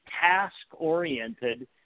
task-oriented